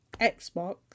Xbox